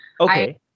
Okay